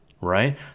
right